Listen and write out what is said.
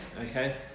Okay